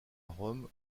rome